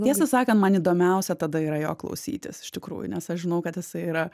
tiesą sakan man įdomiausia tada yra jo klausytis iš tikrųjų nes aš žinau kad jisai yra